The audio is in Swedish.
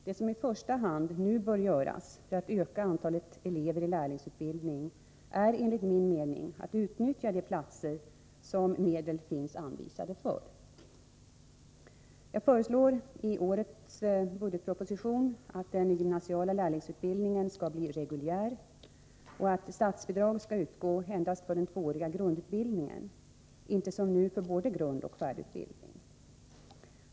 Det som i första hand nu bör göras för att öka antalet elever i lärlingsutbildning är enligt min mening att utnyttja de platser som medel finns anvisade för. Jag föreslår i årets budgetproposition att den gymnasiala lärlingsutbildningen skall bli reguljär och att statsbidrag skall utgå endast för den tvååriga grundutbildningen, inte som nu för både grundoch färdigutbildning.